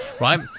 right